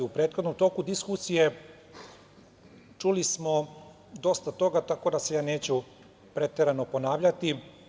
U prethodnom toku diskusije čuli smo dosta toga, tako da se ja neću preterano ponavljati.